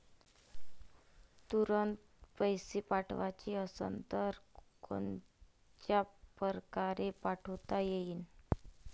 तुरंत पैसे पाठवाचे असन तर कोनच्या परकारे पाठोता येईन?